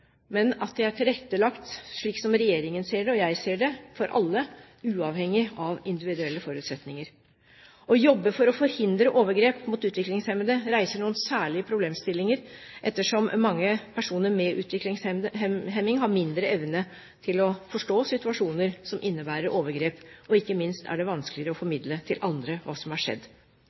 at de er tilrettelagt – slik regjeringen ser det og jeg ser det – for alle, uavhengig av individuelle forutsetninger. Å jobbe for å forhindre overgrep mot utviklingshemmede reiser noen særlige problemstillinger ettersom mange personer med utviklingshemming har mindre evne til å forstå situasjoner som innebærer overgrep, og ikke minst er det vanskeligere å formidle til andre hva som har skjedd.